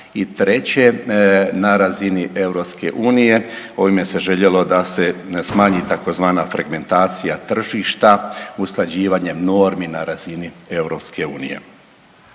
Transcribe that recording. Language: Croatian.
I treće, na razini EU ovime se željelo da se smanji tzv. fregmentacija tržišta usklađivanjem normi na razini EU.